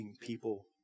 people